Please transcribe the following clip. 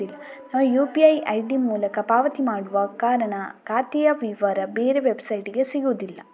ನಾವು UPI ID ಮೂಲಕ ಪಾವತಿ ಮಾಡುವ ಕಾರಣ ಖಾತೆಯ ವಿವರ ಬೇರೆ ವೆಬ್ಸೈಟಿಗೆ ಸಿಗುದಿಲ್ಲ